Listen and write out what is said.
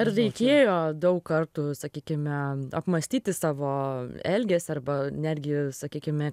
ar reikėjo daug kartų sakykime apmąstyti savo elgesį arba netgi sakykime